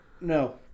no